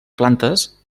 plantes